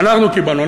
אנחנו קיבלנו.